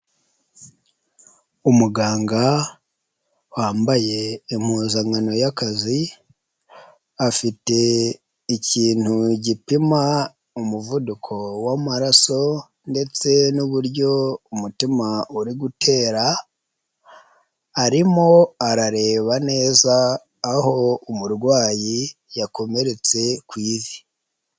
Umuganga wambaye impuzankano y'akazi, afite ikintu gipima umuvuduko w'amaraso ndetse n'ububuryo umutima uri gutera; arimo arareba neza aho umurwayi yakomeretse ku ivi.